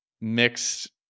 mixed